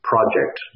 project